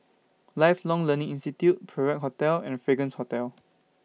Lifelong Learning Institute Perak Hotel and Fragrance Hotel